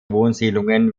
wohnsiedlungen